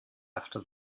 after